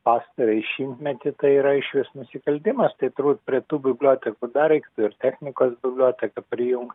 pastarąjį šimtmetį tai yra išvis nusikaltimas tai turbūt prie tų bibliotekų dar reiktų ir technikos biblioteką prijung